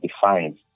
defined